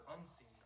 unseen